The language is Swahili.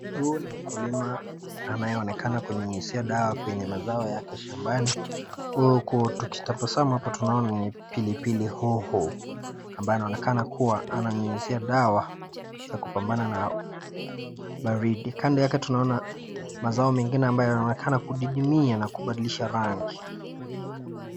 Huyu ni mkulima anayeonekana kunyunyuzia dawa kwenye mazao yake shambani. Huku tukitazama hapa tunaona ni pili pili hoho ambayo inaonekana ananyunyizia dawa ili kupambana na baridi. Kando yake tunaona mazao mengine yanaonekana kudidimia na kubadilisha rangi.